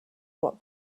what